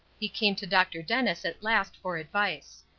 he came to dr. dennis at last for advice.